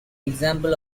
example